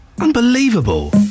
Unbelievable